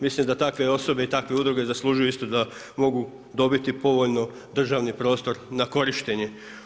Mislim da takve osobe i takve udruge zaslužuju isto da mogu dobiti povoljno državni prostor na korištenje.